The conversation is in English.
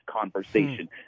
conversation